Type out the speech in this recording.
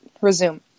resume